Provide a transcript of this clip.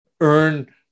earn